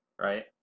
right